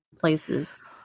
places